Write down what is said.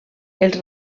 els